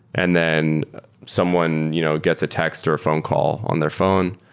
and then someone you know gets a text or a phone call on their phone.